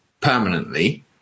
permanently